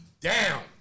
down